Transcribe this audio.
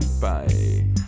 Bye